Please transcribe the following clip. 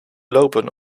lopen